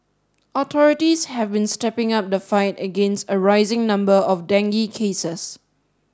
authorities have been stepping up the fight against a rising number of dengue cases